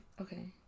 Okay